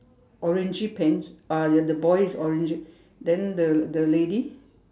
orangey pants uh ya the boy is orangey then the the lady